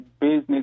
business